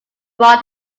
brought